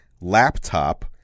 laptop